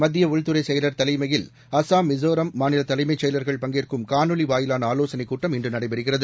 மத்திய உள்துறை செயலர் தலைமையில் அசாம் மிசோராம் மாநில தலைமை செயலர்கள் பங்கேற்கும் காணொலி வாயிலான ஆலோசனைக் கூட்டம் இன்று நடைபெறுகிறது